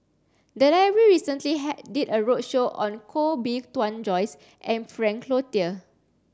the library recently did a roadshow on Koh Bee Tuan Joyce and Frank Cloutier